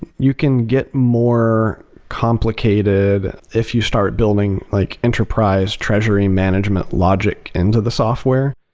you can get more complicated if you start building like enterprise treasury management logic into the software.